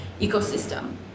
ecosystem